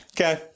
Okay